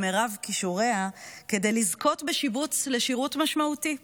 מרב כישוריה כדי לזכות בשיבוץ לשירות משמעותי.